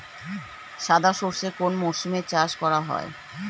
সাদা সর্ষে কোন মরশুমে চাষ করা হয়?